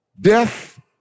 death